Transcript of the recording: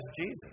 Jesus